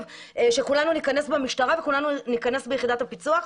שכולנו ניכנס במשטרה וביחידת הפיצו"ח.